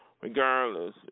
Regardless